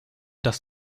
das